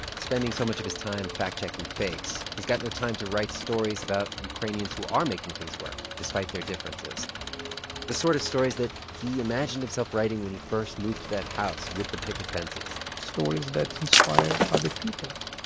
spending so much of his time fact-checking fakes, he's got no time to write stories about ukrainians who are making things work, despite their differences the sort of stories that he imagined himself writing when he first moved to that house with the picket fences. stories that inspire other people.